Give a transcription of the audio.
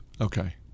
Okay